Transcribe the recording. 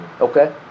Okay